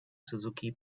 suzuki